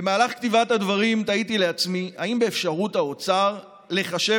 במהלך כתיבת הדברים תהיתי לעצמי אם באפשרות האוצר לחשב